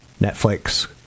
Netflix